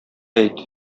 әйт